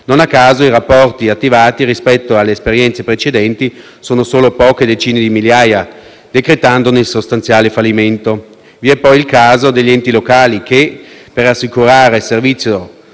non a caso i rapporti attivati, a differenza delle esperienze precedenti, sono solo poche decine di migliaia, decretandone così il sostanziale fallimento. Vi è poi il caso degli enti locali, che per assicurare i servizi